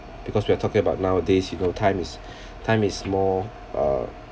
because we are talking about nowadays you know time is time is more uh